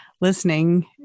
listening